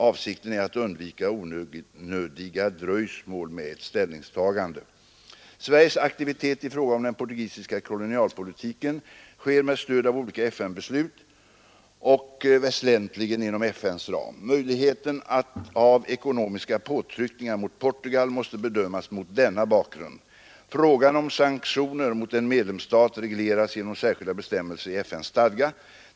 Avsikten är att undvika onödiga dröjsmål med ett ställningstagande. Sveriges aktivitet i fråga om den portugisiska kolonialpolitiken sker med stöd av olika FN-beslut och väsentligen inom FN:s ram. Möjligheten av ekonomiska påtryckningar mot Portugal måste bedömas mot denna bakgrund. Frågan om sanktioner mot en medlemsstat regleras genom särskilda bestämmelser i FN:s stadga.